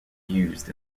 used